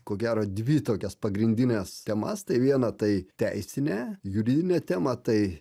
ko gero dvi tokias pagrindines temas tai viena tai teisinę juridinę temą tai